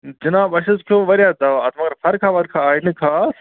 جِناب اَسہِ حظ کھیوٚو واریاہ دَوا اَتھ مگر فرقہ وَرقہ آے نہٕ خاص